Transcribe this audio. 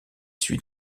suit